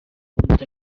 vuit